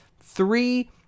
three